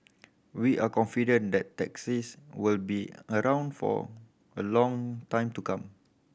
we are confident that taxis will be around for a long time to come